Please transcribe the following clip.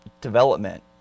development